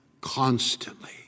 constantly